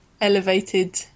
elevated